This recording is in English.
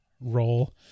role